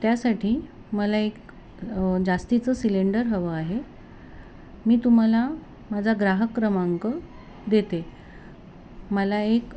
त्यासाठी मला एक जास्तीचं सिलेंडर हवं आहे मी तुम्हाला माझा ग्राहक क्रमांक देते मला एक